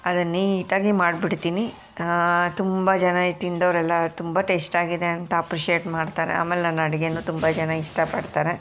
ಅದನ್ನ ನೀಟಾಗಿ ಮಾಡಿಬಿಡ್ತೀನಿ ತುಂಬ ಜನ ತಿಂದವರೆಲ್ಲ ತುಂಬ ಟೇಶ್ಟ್ ಆಗಿದೆ ಅಂತ ಅಪ್ರಿಷಿಯೇಟ್ ಮಾಡ್ತಾರೆ ಆಮೇಲೆ ನನ್ನ ಅಡುಗೇನೂ ತುಂಬ ಜನ ಇಷ್ಟಪಡ್ತಾರೆ